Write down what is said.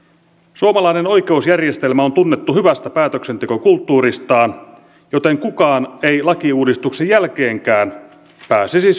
suomalainen oikeusjärjestelmä on tunnettu hyvästä päätöksentekokulttuuristaan joten kukaan ei lakiuudistuksen jälkeenkään pääsisi